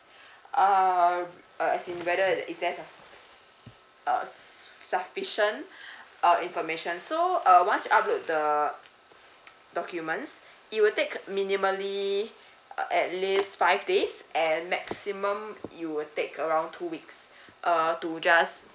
uh uh as in whether is there su~ uh sufficient uh information so uh once you uploaded the documents it will take minimally uh at least five days and maximum you will take around two weeks err to just